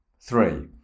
Three